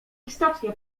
istotnie